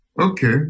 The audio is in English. okay